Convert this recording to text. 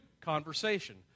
conversation